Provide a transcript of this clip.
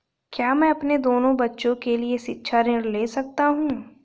क्या मैं अपने दोनों बच्चों के लिए शिक्षा ऋण ले सकता हूँ?